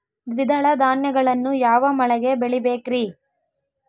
ದ್ವಿದಳ ಧಾನ್ಯಗಳನ್ನು ಯಾವ ಮಳೆಗೆ ಬೆಳಿಬೇಕ್ರಿ?